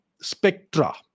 spectra